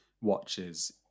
watches